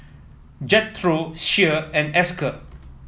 Jethro Shea and Esker